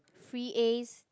free As